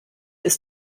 ist